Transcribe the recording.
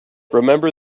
remember